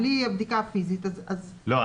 בלי הבדיקה הפיזית --- לא,